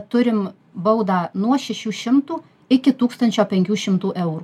turim baudą nuo šešių šimtų iki tūkstančio penkių šimtų eurų